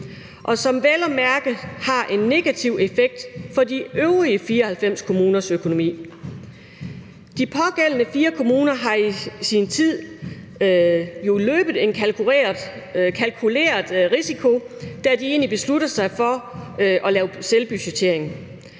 og som vel at mærke har en negativ effekt for de øvrige 94 kommuners økonomi. De pågældende 4 kommuner har jo i sin tid løbet en kalkuleret risiko, da de besluttede sig for at lave selvbudgettering.